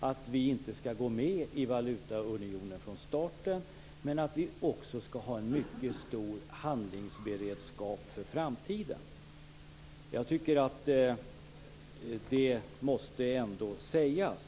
Vi skall inte gå med i valutaunionen från starten, och vi skall ha en mycket stor handlingsberedskap för framtiden. Det måste ändå sägas.